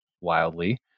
wildly